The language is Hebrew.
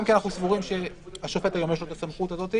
אנחנו גם סבורים שלשופט יש את הסמכות הזאת,